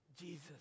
Jesus